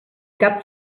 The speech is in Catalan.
cap